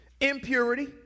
Impurity